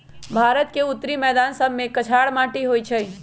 भारत के उत्तरी मैदान सभमें कछार माटि होइ छइ